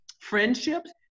Friendships